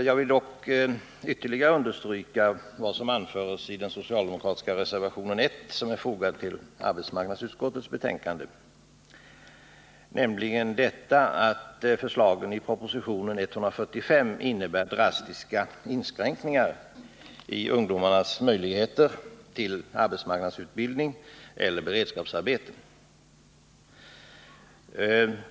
Jag vill dock ytterligre understryka vad som anförs i den socialdemokratiska reservationen 1 som är fogad till arbetsmarknadsutskottets betänkande, nämligen detta att förslagen i proposition 145 innebär ”drastiska inskränkningar i ungdomens möjligheter till arbetsmarknadsutbildning och beredskapsarbeten.